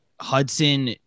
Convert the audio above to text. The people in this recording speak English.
Hudson